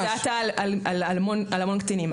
אין לי דאטה על המון קטינים.